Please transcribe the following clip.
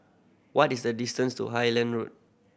what is the distance to Highland Road